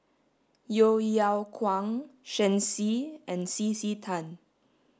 Yeo Yeow Kwang Shen Xi and C C Tan